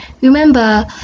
Remember